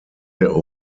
der